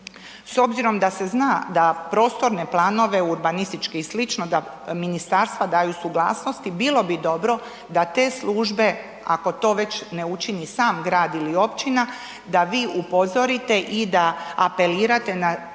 S obzirom da se zna da prostorne planove, urbanističke i sl. da ministarstva daju suglasnosti, bilo bi dobro da te službe, ako to već ne učini sam grad ili općina, da vi upozorite i da apelirate na